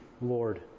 Lord